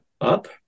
up